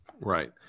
right